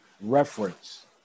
reference